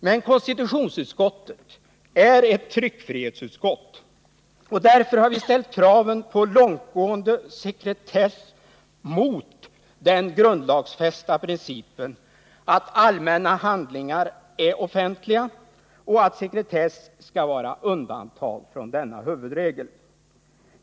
Men konstitutionsutskottet är ett tryckfrihetsutskott, och därför har vi ställt kraven på långtgående sekretess mot den grundlagsfästa principen att allmänna handlingar är offentliga och att sekretess skall vara undantag från denna huvudregel.